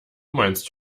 meinst